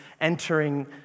entering